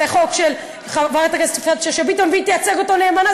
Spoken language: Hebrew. זה חוק של חברת הכנסת יפעת שאשא ביטון והיא תייצג אותו נאמנה,